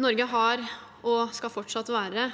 Norge er og skal fortsatt være